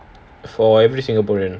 for every singaporean ah